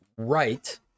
Right